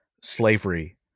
slavery